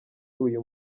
uyu